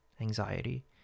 anxiety